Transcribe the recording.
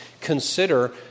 consider